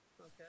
Okay